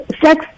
sex